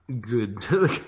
good